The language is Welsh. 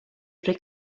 drwy